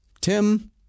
Tim